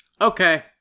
Okay